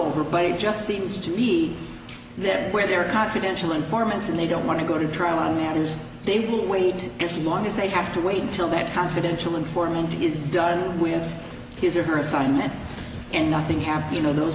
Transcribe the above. over but it just seems to be that where there are confidential informants and they don't want to go to trial on that is they will wait as long as they have to wait until that confidential informant is done with his or her assignment and nothing happened you know those